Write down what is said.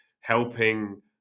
helping